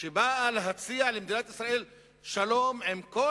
שבאה להציע למדינת ישראל שלום עם כל